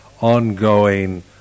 ongoing